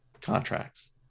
contracts